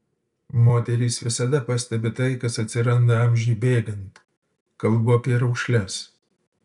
moterys visada pastebi tai kas atsiranda amžiui bėgant kalbu apie raukšles